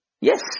Yes